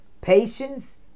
patience